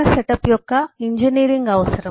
మాకు ఉన్న సెటప్ యొక్క ఇంజనీరింగ్ అవసరం